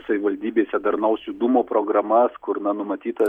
savivaldybėse darnaus judumo programas kur na numatyta